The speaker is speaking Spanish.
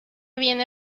viene